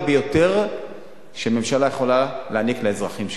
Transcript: ביותר שממשלה יכולה להעניק לאזרחים שלה,